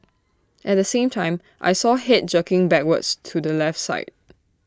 at the same time I saw Head jerking backwards to the left side